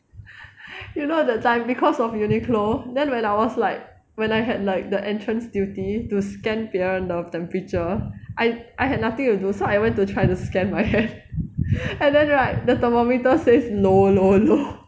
you know the time because of Uniqlo then when I was like when I had like the entrance duty to scan 别人的 temperature I I had nothing to do so I went to try to scan my hand and then right the thermometer says low low low